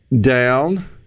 down